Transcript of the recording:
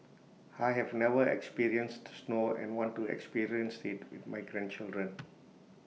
I have never experienced snow and want to experience IT with my grandchildren